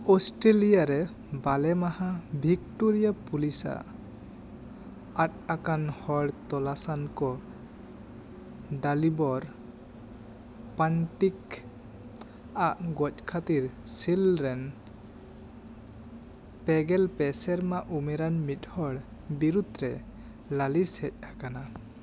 Australia ᱨᱮ ᱵᱟᱞᱮ ᱢᱟᱦᱟ ᱵᱷᱤᱠᱴᱳᱨᱤᱭᱟ ᱯᱩᱞᱤᱥᱟᱜ ᱟᱫ ᱟᱠᱟᱱ ᱦᱚᱲ ᱛᱚᱞᱟᱥᱟᱱ ᱠᱚ ᱰᱟᱞᱤᱵᱚᱨ ᱯᱟᱞᱴᱤᱠ ᱟᱜ ᱜᱚᱡ ᱠᱷᱟᱹᱛᱤᱨ ᱥᱮᱞ ᱨᱮ ᱯᱮᱜᱮᱞ ᱯᱮ ᱥᱮᱨᱢᱟ ᱩᱢᱮᱨᱟᱱ ᱢᱤᱫ ᱦᱚᱲ ᱵᱤᱨᱩᱫᱷ ᱨᱮ ᱞᱟᱹᱞᱤᱥ ᱦᱮᱡ ᱟᱠᱟᱱᱟ